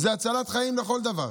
זה הצלת חיים לכל דבר.